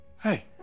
Hey